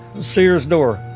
sears door